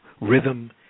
rhythm